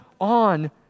on